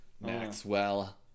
Maxwell